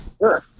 Sure